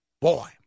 Boy